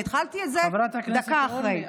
אני התחלתי את זה דקה אחרי.